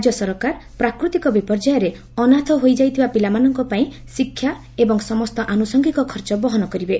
ରାଜ୍ୟ ସରକାର ପ୍ରାକୃତିକ ବିପର୍ଯ୍ୟୟରେ ଅନାଥ ହୋଇଯାଇଥିବା ପିଲାମାନଙ୍କ ପାଇଁ ଶିକ୍ଷା ଏବଂ ସମସ୍ତ ଆନୁଷଙ୍ଗିକ ଖର୍ଚ ବହନ କରିବେ